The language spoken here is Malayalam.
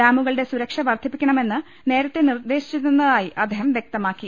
ഡാമുക ളുടെ സുരക്ഷ വർധിപ്പിക്കണമെന്ന് നേരത്തെ നിർദേശിച്ചിരുന്ന തായി അദ്ദേഹം വ്യക്തമാക്കി